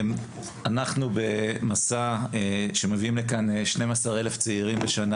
אנחנו במסע שמביאים לכאן 12 אלף צעירים בשנה